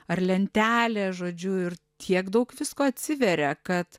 ar lentelė žodžiu ir tiek daug visko atsiveria kad